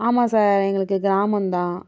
ஆமாம் சார் எங்களுக்கு கிராமம்தான்